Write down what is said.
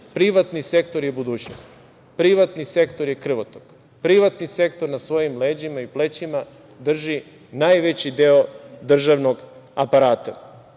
privatni sektor je budućnost, privatni sektor je krvotok, privatni sektor na svojim leđima i plećima drži najveći deo državnog aparata. Uvek